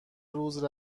روز